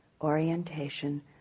orientation